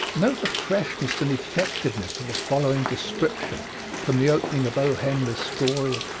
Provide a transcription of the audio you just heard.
note the freshness and effectiveness of the following description from the opening of o. henry's story,